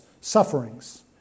sufferings